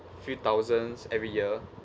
few thousands every year